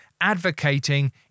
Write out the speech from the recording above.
advocating